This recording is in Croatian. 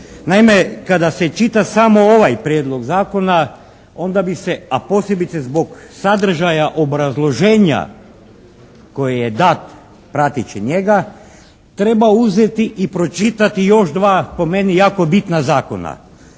Naime, kada se čita samo ovaj Prijedlog zakona onda bi se, a posebice zbog sadržaja obrazloženja koji je dat prateći njega treba uzeti i pročitati još dva po meni jako bitna zakona.